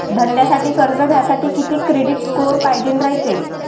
धंद्यासाठी कर्ज घ्यासाठी कितीक क्रेडिट स्कोर पायजेन रायते?